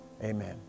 Amen